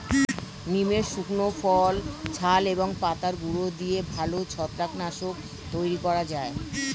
নিমের শুকনো ফল, ছাল এবং পাতার গুঁড়ো দিয়ে ভালো ছত্রাক নাশক তৈরি করা যায়